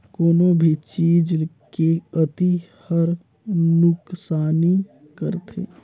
कोनो भी चीज के अती हर नुकसानी करथे